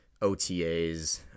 OTAs